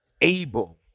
able